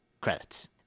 credits